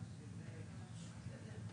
מוני,